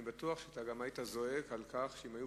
אני בטוח שאתה גם היית זועק על כך אם היו